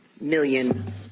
million